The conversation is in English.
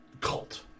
cult